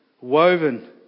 woven